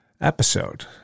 episode